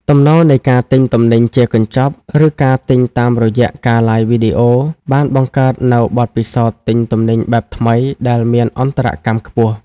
ទំនោរនៃការទិញទំនិញជាកញ្ចប់ ឬការទិញតាមរយៈការឡាយវីដេអូ បានបង្កើតនូវបទពិសោធន៍ទិញទំនិញបែបថ្មីដែលមានអន្តរកម្មខ្ពស់។